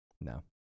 No